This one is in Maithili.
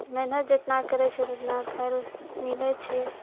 मेहनत जितना करै छियै तऽ उतना फल मिलै छै